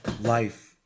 life